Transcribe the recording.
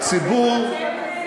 אומר שהציבור יודע.